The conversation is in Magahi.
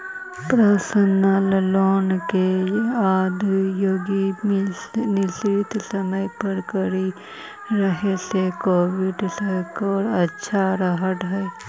पर्सनल लोन के अदायगी निश्चित समय पर करित रहे से क्रेडिट स्कोर अच्छा रहऽ हइ